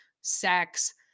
sex